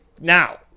Now